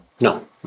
No